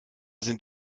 sind